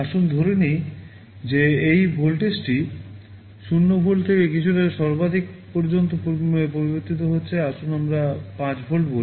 আসুন ধরে নিই যে এই ভোল্টেজটি 0 ভোল্ট থেকে কিছুটা সর্বাধিক পর্যন্ত পরিবর্তিত হচ্ছে আসুন আমরা 5 ভোল্ট বলি